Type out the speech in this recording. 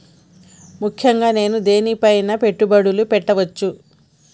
ముఖ్యంగా నేను దేని పైనా పెట్టుబడులు పెట్టవచ్చు?